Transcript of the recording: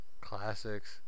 Classics